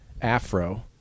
afro